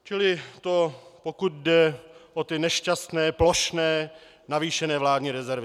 Čili to pokud jde o ty nešťastné plošné navýšené vládní rezervy.